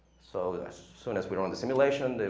so yeah as soon as we run the simulation,